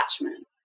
attachment